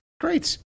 great